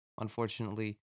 unfortunately